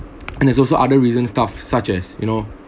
and there's also other reason staff such as you know